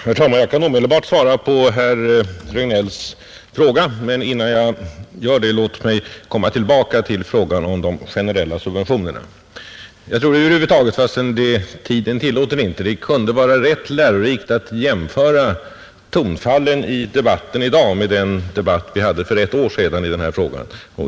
Herr talman! Jag kan omedelbart svara på herr Regnélls fråga, men låt mig innan jag gör det komma tillbaka till frågan om de generella subventionerna, Jag tror att det, fastän tiden inte tillåter det, över huvud taget kunde vara rätt lärorikt att jämföra tonfallen i dagens debatt med tonfallen i den debatt vi hade för ett år sedan i denna fråga.